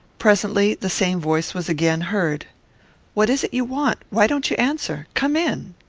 presently the same voice was again heard what is it you want? why don't you answer? come in!